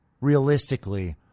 realistically